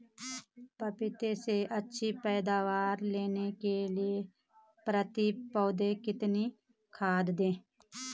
पपीते से अच्छी पैदावार लेने के लिए प्रति पौधा कितनी खाद दें?